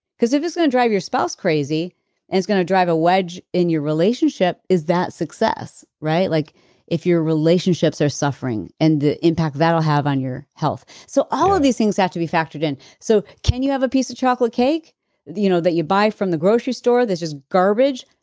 because if it's going to drive your spouse crazy and it's going to drive a wedge in your relationship, is that success? right, like if your relationships are suffering and the impact that'll have on your health. so all of these things have to be factored in. so can you have a piece of chocolate cake you know that you buy from the grocery store that's just garbage?